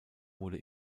wurde